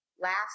last